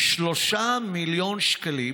3 מיליון שקלים